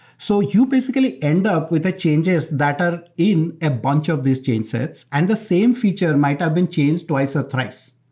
so you basically end up with the changes that are in a bunch of these change sets and the same feature might have been changed twice or thrice,